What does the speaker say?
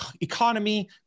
economy